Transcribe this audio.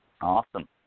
Awesome